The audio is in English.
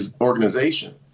organization